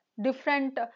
different